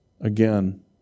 Again